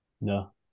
No